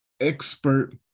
expert